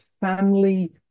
family